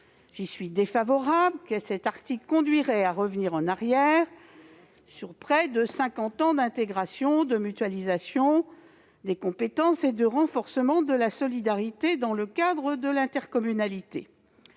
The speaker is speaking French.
J'y suis défavorable, car cet article conduirait à revenir en arrière et à annuler près de cinquante ans d'intégration et de mutualisation des compétences, ainsi que de renforcement de la solidarité dans le cadre de l'intercommunalité.